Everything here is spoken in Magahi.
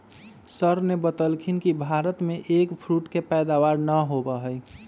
सर ने बतल खिन कि भारत में एग फ्रूट के पैदावार ना होबा हई